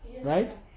Right